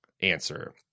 answer